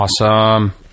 Awesome